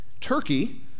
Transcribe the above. Turkey